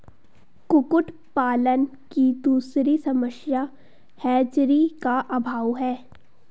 कुक्कुट पालन की दूसरी समस्या हैचरी का अभाव है